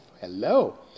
hello